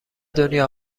دنیا